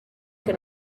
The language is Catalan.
que